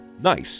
nice